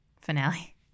Finale